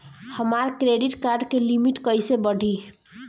हमार credit card के limit कइसे बढ़ी?